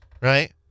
right